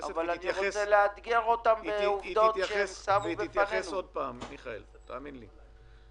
המסים: תרחיבו את הדיווח ליוני,